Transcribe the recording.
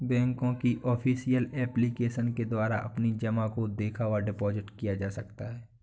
bank की official application के द्वारा अपनी जमा को देखा व डिपॉजिट किए जा सकते हैं